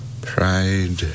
Pride